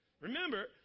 Remember